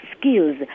skills